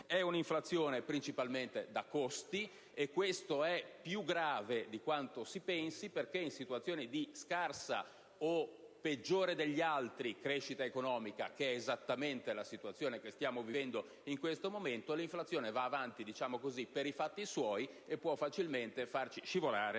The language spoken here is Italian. È una inflazione principalmente da costi, e questo è più grave di quanto si pensi, perché, in situazioni di scarsa o peggiore crescita economica, che è esattamente la situazione che stiamo attualmente vivendo, l'inflazione va avanti per i fatti suoi e può facilmente farci scivolare